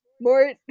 more